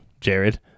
Jared